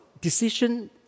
decision